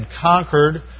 conquered